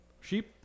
Sheep